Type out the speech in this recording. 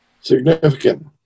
Significant